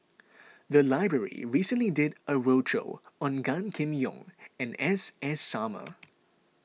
the library recently did a roadshow on Gan Kim Yong and S S Sarma